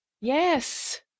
Yes